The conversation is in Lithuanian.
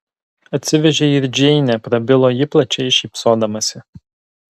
atsivežei ir džeinę prabilo ji plačiai šypsodamasi